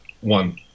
One